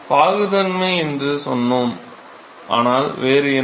எனவே பாகுத்தன்மை என்று சொன்னோம் ஆனால் வேறு என்ன